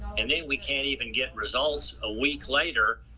and then we cant even get results a week later,